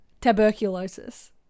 Tuberculosis